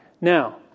Now